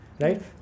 Right